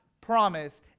promise